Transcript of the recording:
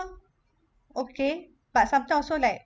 far okay but sometime also like